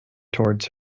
towards